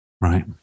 Right